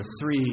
three